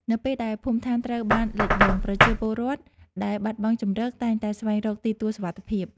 នៅពេលដែលភូមិឋានត្រូវបានលិចលង់ ប្រជាពលរដ្ឋដែលបាត់បង់ជម្រកតែងតែស្វែងរកទីទួលសុវត្ថិភាព។